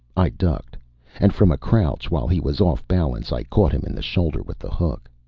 i ducked and from a crouch, while he was off balance, i caught him in the shoulder with the hook.